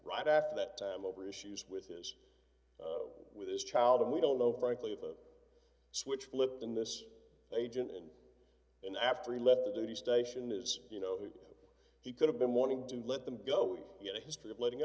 right after that time over issues with his with his child and we don't know frankly if the switch flipped in this agent and then after he left the duty station is you know he could have been wanting to let them go we had a history of letting